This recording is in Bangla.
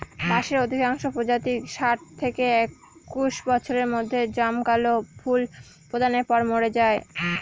বাঁশের অধিকাংশ প্রজাতিই ষাট থেকে একশ বছরের মধ্যে জমকালো ফুল প্রদানের পর মরে যায়